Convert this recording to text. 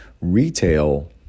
retail